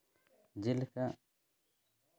ᱡᱮᱞᱮᱠᱟ